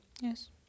Yes